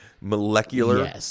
Molecular